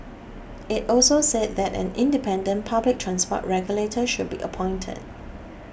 it also said that an independent public transport regulator should be appointed